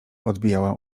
odbijała